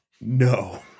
No